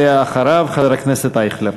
אחריו, חבר הכנסת אייכלר.